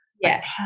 Yes